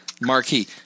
Marquee